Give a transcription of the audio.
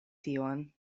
tion